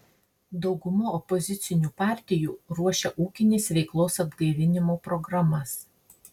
dauguma opozicinių partijų ruošia ūkinės veiklos atgaivinimo programas